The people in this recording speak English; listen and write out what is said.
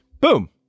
Boom